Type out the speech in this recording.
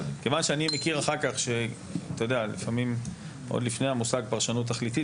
כיוון שאני מכיר אחר כך שלפעמים עוד לפני המושג פרשנות תכליתית,